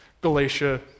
Galatia